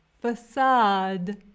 Facade